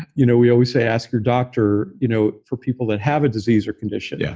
you know we always say, ask your doctor you know for people that have a disease or condition. yeah